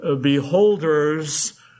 beholders